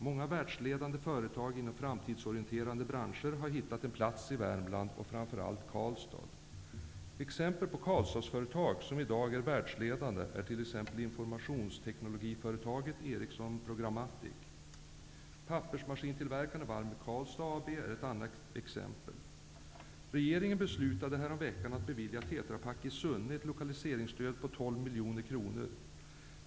Många världsledande företag inom framtidsorienterade branscher har hittat en plats i Värmland och framför allt i Karlstad. Exempel på Karlstadsföretag som i dag är världsledande är informationsteknologiföretaget Ericsson Karlstad AB är ett annat exempel. Regeringen beslutade häromveckan att bevilja miljoner kronor.